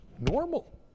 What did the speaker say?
normal